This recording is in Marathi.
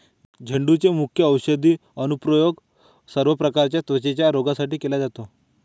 झेंडूचे मुख्य औषधी अनुप्रयोग सर्व प्रकारच्या त्वचेच्या रोगांसाठी केला जातो